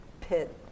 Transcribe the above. pit